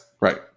right